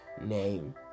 name